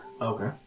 Okay